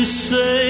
say